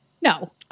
no